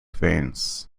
veins